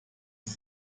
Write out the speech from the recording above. sie